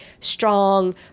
strong